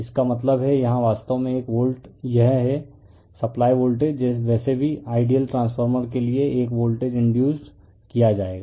इसका मतलब है यहां वास्तव में एक वोल्ट यह है सप्लाई वोल्टेज वैसे भी आइडियल ट्रांसफार्मर के लिए एक वोल्टेज इंडयुसड किया जाएगा